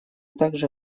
также